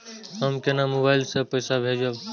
हम केना मोबाइल से पैसा भेजब?